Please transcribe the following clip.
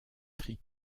tri